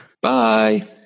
Bye